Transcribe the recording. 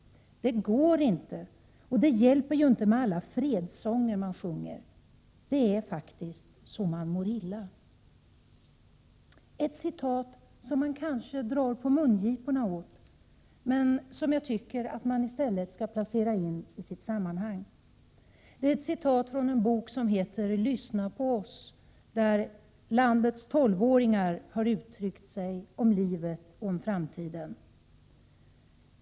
Det går inte, och det hjälper ju inte med alla fredssånger man sjunger. Det är faktiskt så man mår illa. Detta var ord som man kanske kan dra på mungiporna åt men som jag tycker att man i stället skall placera in i sitt sammanhang. De är hämtade ur en bok som heter Lyssna på oss, där landets tolvåringar har uttryckt sig om livet och om framtiden.